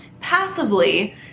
passively